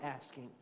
asking